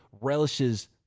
relishes